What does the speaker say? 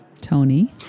Tony